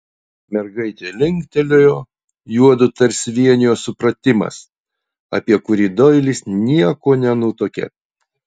mergaitė linktelėjo juodu tarsi vienijo supratimas apie kurį doilis nieko nenutuokė